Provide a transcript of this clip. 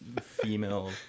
female